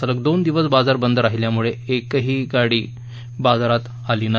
सलग दोन दिवस बाजार बंद राहिल्यामुळे एकाही गाडीची आवक बाजारात झाली नाही